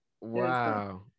Wow